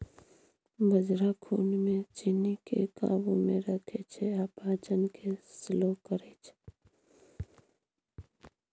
बजरा खुन मे चीन्नीकेँ काबू मे रखै छै आ पाचन केँ स्लो करय छै